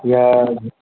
یا